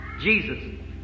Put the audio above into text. Jesus